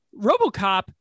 RoboCop